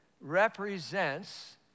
represents